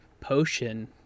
Potion